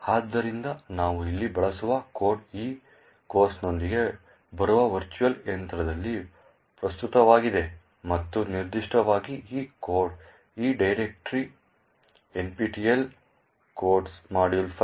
ಆದ್ದರಿಂದ ನಾವು ಇಲ್ಲಿ ಬಳಸುವ ಕೋಡ್ ಈ ಕೋರ್ಸ್ನೊಂದಿಗೆ ಬರುವ ವರ್ಚುವಲ್ ಯಂತ್ರದಲ್ಲಿ ಪ್ರಸ್ತುತವಾಗಿದೆ ಮತ್ತು ನಿರ್ದಿಷ್ಟವಾಗಿ ಈ ಕೋಡ್ ಈ ಡೈರೆಕ್ಟರಿಯಲ್ಲಿದೆ nptel codesmodule5plt